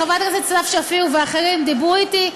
חברת הכנסת סתיו שפיר ואחרים דיברו אתי.